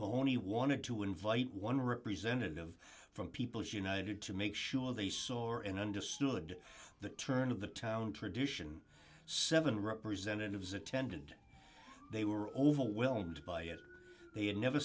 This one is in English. mony wanted to invite one representative from people's united to make sure they soar and understood the turn of the town tradition seven representatives attendant they were overwhelmed by it they had never